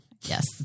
Yes